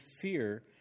fear